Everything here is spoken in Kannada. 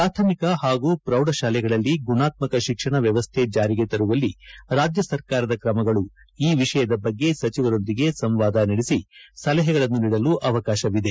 ಪ್ರಾಥಮಿಕ ಪಾಗೂ ಪ್ರೌಢ ಶಾಲೆಗಳಲ್ಲಿ ಗುಣಾತ್ಮಕ ಶಿಕ್ಷಣ ವ್ಯವಸ್ಥೆ ಜಾರಿಗೆ ತರುವಲ್ಲಿ ರಾಜ್ಯ ಸರಕಾರದ ತ್ರಮಗಳು ಈ ವಿಷಯದ ಬಗ್ಗೆ ಸಚಿವರೊಂದಿಗೆ ಸಂವಾದ ನಡೆಸಿ ಸಲಹೆಗಳನ್ನು ನೀಡಲು ಅವಕಾಶವಿದೆ